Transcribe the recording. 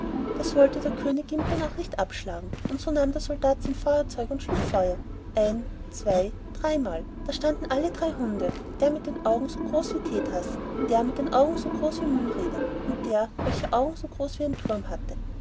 das wollte der könig ihm denn auch nicht abschlagen und so nahm der soldat sein feuerzeug und schlug feuer ein zwei dreimal da standen alle drei hunde der mit den augen so groß wie theetassen der mit den augen wie mühlräder und der welcher augen so groß wie ein thurm hatte